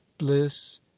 bliss